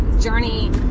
journey